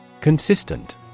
Consistent